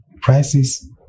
prices